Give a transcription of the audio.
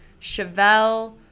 Chevelle